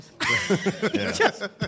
Yes